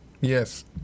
Yes